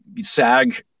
SAG